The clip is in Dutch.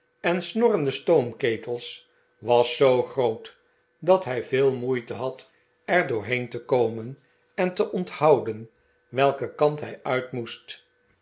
en snorrende stoomketels was zoo groot dat hij veel moeite had er doorhcen te komen en te onthouden welken kant hij uit moest